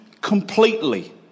completely